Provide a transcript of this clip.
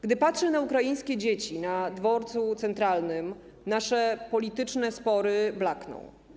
Gdy patrzę na ukraińskie dzieci na Dworcu Centralnym, nasze polityczne spory blakną.